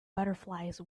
butterflies